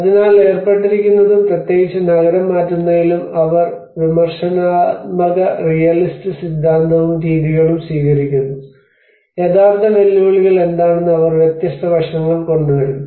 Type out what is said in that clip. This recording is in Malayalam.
അതിൽ ഏർപ്പെട്ടിരിക്കുന്നതും പ്രത്യേകിച്ച് നഗരം മാറ്റുന്നതിലും അവർ വിമർശനാത്മക റിയലിസ്റ്റ് സിദ്ധാന്തവും രീതികളും സ്വീകരിക്കുന്നു യഥാർത്ഥ വെല്ലുവിളികൾ എന്താണെന്ന് അവർ വ്യത്യസ്ത വശങ്ങൾ കൊണ്ടുവരുന്നു